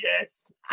yes